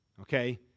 okay